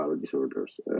disorders